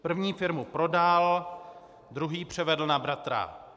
První firmu prodal, druhý převedl na bratra.